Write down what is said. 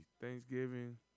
Thanksgiving